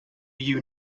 you